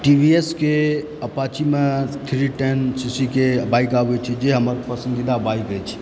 T V एसके अपाचीमे three ten C सीके बाइक आबय छै जे हमर पसंदीदा बाइक अछि